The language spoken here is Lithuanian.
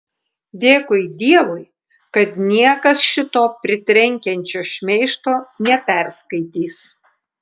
dėkui dievui kad niekas šito pritrenkiančio šmeižto neperskaitys